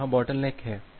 तो यहाँ बॉटलनेक है